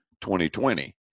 2020